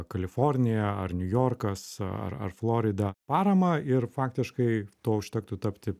kalifornija ar niujorkas ar ar florida paramą ir faktiškai to užtektų tapti